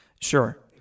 Sure